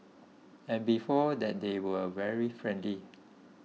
and before that they were very friendly